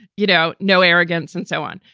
you know, no arrogance and so on.